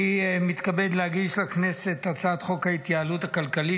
אני מתכבד להגיש לכנסת את הצעת חוק ההתייעלות הכלכלית